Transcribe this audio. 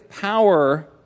power